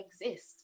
exist